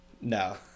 No